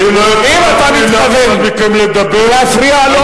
אם אתה מתכוון להפריע לו,